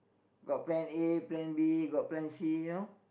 got plan A plan B got plan C you know